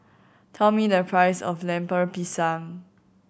tell me the price of Lemper Pisang